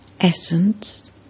Essence